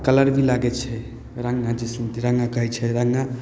colour भी लागै छै रङ्गा जिस कहै छै रङ्गा